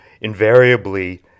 invariably